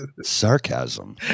Sarcasm